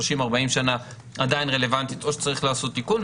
30 או 40 שנה עדיין רלוונטית או שצריך לעשות תיקון.